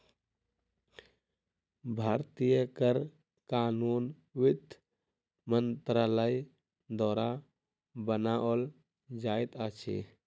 भारतीय कर कानून वित्त मंत्रालय द्वारा बनाओल जाइत अछि